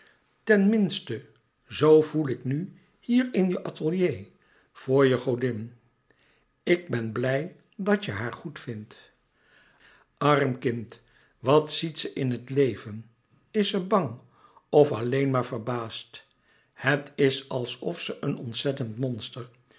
minste zoo voel ik nu hier in je atelier vr je godin ik ben blij dat je haar goed vindt arm kind wat ziet ze in het leven is ze bang of alleen maar verbaasd het is alsof ze een ontzettend monster